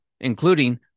including